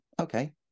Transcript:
Okay